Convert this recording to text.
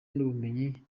n’ubumenyi